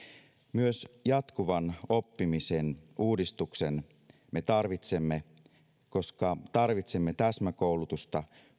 myös jatkuvan oppimisen uudistuksen me tarvitsemme koska tarvitsemme täsmäkoulutusta